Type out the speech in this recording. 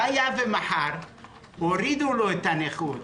היה ומחר יורידו לו את אחוזי הנכות,